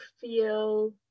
feel